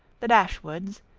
the dashwoods',